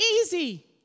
Easy